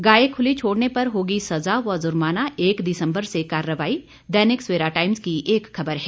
गाय खूली छोड़ने पर होगी सजा व जुर्माना एक दिसंबर से कार्रवाई दैनिक सवेरा टाइम्स की एक खबर है